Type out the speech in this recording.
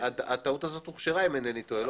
הטעות הזו הוכשרה, אם איני טועה.